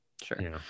Sure